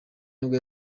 nibwo